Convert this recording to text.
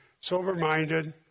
sober-minded